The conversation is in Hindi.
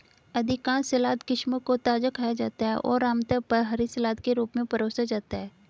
अधिकांश सलाद किस्मों को ताजा खाया जाता है और आमतौर पर हरी सलाद के रूप में परोसा जाता है